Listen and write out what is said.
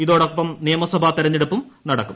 ഇതോടൊപ്പം നിയമസഭാ തെരഞ്ഞെടുപ്പും നടക്കും